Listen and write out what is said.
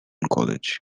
college